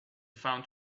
found